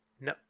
No